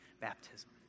baptism